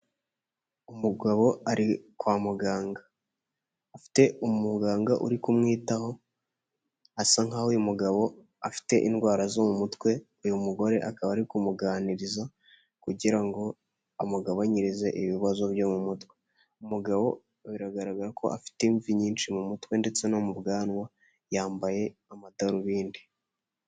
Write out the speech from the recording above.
Umugabo ari kwa muganga afite umuganga uri kumwitaho asa nkaho uyu mugabo afite indwara zo mu mutwe, uyu mugore akaba ari kumuganiriza kugira ngo amugabanyirize ibibazo byo mu mutwe, umugabo biragaragara ko afite imvi nyinshi mu mutwe ndetse no mu bwanwa yambaye amadarubindi.